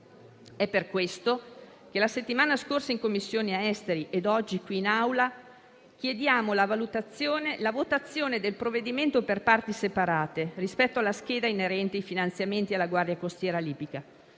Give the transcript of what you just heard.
È per questo che la settimana scorsa in Commissione affari esteri, emigrazione e oggi qui in Assemblea chiediamo la votazione del provvedimento per parti separate, rispetto alla scheda inerente i finanziamenti alla Guardia costiera libica,